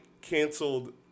canceled